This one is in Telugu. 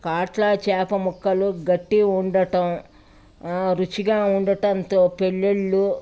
కాట్ల చేప ముక్కలు గట్టి ఉండటం రుచిగా ఉండటంతో పెళ్లళ్ళు